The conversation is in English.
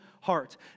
heart